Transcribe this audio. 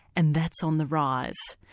and that's on the rise.